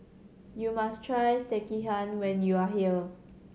you must try Sekihan when you are here